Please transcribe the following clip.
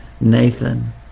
Nathan